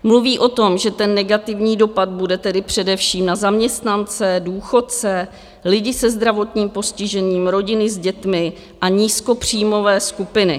Mluví o tom, že ten negativní dopad bude tedy především na zaměstnance, důchodce, lidi se zdravotním postižením, rodiny s dětmi a nízkopříjmové skupiny.